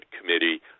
committee